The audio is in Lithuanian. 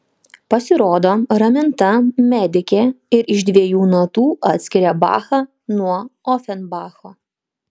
pasirodo raminta medikė ir iš dviejų natų atskiria bachą nuo ofenbacho